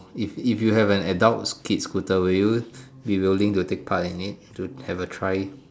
if if you have an adult skate scooter will you be willing to take part in it to have a try